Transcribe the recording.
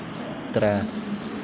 त्रै